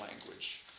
language